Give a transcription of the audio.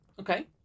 Okay